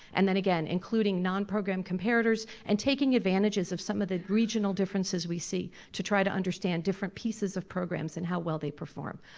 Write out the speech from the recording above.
and then again, including non-program comparators and taking advantages of some of the regional differences we see to try to understand different pieces of programs and how well they perform.